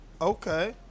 Okay